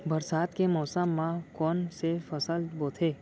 बरसात के मौसम मा कोन से फसल बोथे?